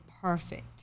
perfect